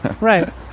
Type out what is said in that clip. Right